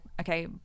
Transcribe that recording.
okay